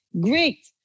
Great